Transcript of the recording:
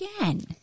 again